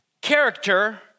character